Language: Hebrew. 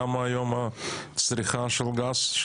כמה היום הצריכה של גז?